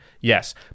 yes